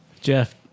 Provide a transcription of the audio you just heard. jeff